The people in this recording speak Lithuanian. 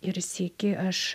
ir sykį aš